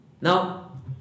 now